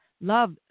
Love